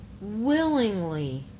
willingly